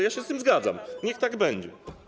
Ja się z tym zgadzam, niech tak będzie.